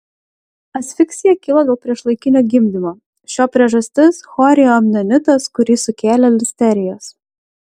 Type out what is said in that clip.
asfiksija kilo dėl priešlaikinio gimdymo šio priežastis chorioamnionitas kurį sukėlė listerijos